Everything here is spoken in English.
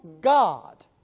God